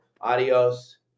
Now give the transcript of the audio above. Adios